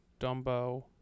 Dumbo